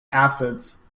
acids